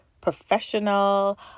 professional